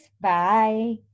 Bye